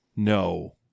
No